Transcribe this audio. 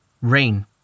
Rain